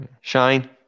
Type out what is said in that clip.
Shine